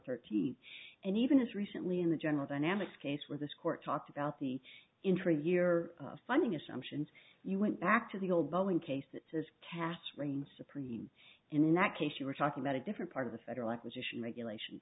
thirteen and even as recently in the general dynamics case where this court talked about the interviewer finding assumptions you went back to the old boeing case that says task reigns supreme in that case you were talking about a different part of the federal acquisition regulations